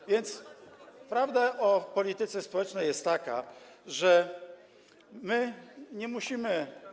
A więc prawda o polityce społecznej jest taka, że my nie musimy.